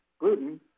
gluten